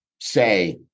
say